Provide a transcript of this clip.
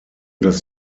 das